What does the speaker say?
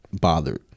bothered